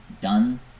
done